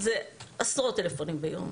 עשרות טלפונים ביום.